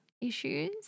issues